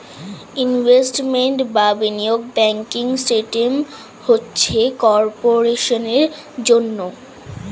investment বা বিনিয়োগ banking system হচ্ছে কর্পোরেশনের জন্যে